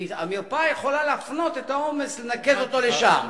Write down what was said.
המרפאה יכולה להפנות את העומס, לנקז אותו לשם.